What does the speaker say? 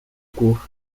głów